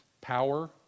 power